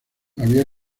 había